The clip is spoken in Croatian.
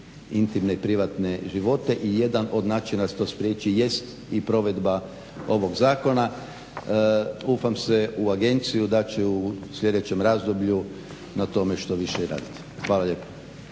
intimne i privatne živote i jedan od načina da se to spriječi jest i provedba ovog zakona. Ufam se u agenciju da će u sljedećem razdoblju na tome što više raditi. Hvala lijepa.